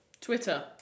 Twitter